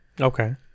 Okay